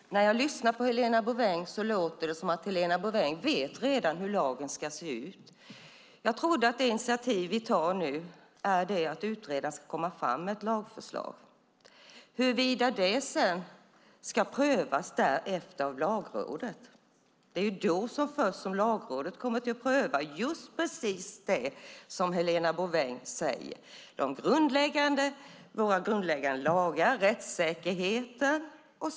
Herr talman! När jag lyssnar på Helena Bouveng låter det som att hon redan vet hur lagen ska se ut. Jag trodde att det initiativ vi tar nu handlar om att utredaren ska komma fram med ett lagförslag. Först därefter kommer Lagrådet att pröva just precis det som Helena Bouveng säger, det vill säga våra grundläggande lagar och rättssäkerheten.